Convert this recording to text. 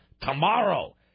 Tomorrow